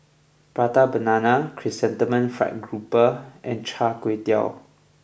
Prata Banana Chrysanthemum Fried Garoupa and Char Kway Teow